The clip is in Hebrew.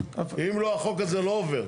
אם לא, החוק הזה לא עובר.